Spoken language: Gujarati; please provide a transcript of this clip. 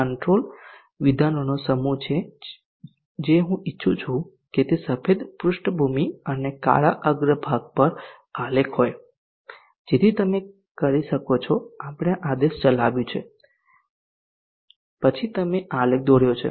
કોન્ટ્રોલ વિધાનોનો સમૂહ છે હું ઇચ્છું છું કે સફેદ પૃષ્ઠભૂમિ અને કાળા અગ્રભાગ પર આલેખ હોય જેથી તમે કરી શકો કે આપણે આ આદેશ ચલાવ્યું છે પછી તમે આલેખ દોર્યો છે